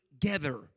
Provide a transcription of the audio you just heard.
together